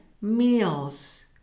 meals